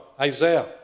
Isaiah